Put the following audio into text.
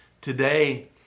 Today